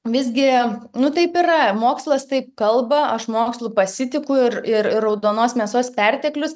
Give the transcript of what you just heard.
visgi nu taip yra mokslas taip kalba aš mokslu pasitikiu ir ir raudonos mėsos perteklius